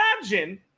Imagine